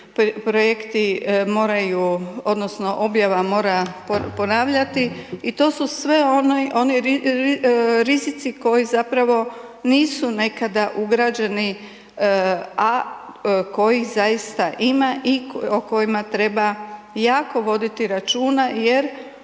projekti moraju odnosno objava mora ponavljati i to su sve oni rizici koji zapravo nisu nekada ugrađeni, a kojih zaista ima i o kojima treba jako voditi računa jer